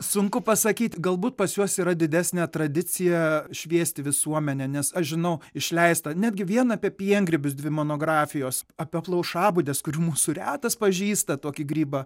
sunku pasakyt galbūt pas juos yra didesnė tradicija šviesti visuomenę nes aš žinau išleista netgi vien apie piengrybius dvi monografijos apie plaušabudes kurių mūsų retas pažįsta tokį grybą